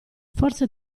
forse